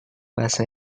bahasa